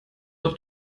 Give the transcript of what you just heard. doch